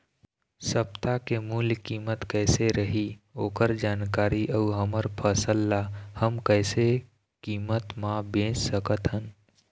सप्ता के मूल्य कीमत कैसे रही ओकर जानकारी अऊ हमर फसल ला हम कैसे कीमत मा बेच सकत हन?